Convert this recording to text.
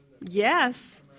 Yes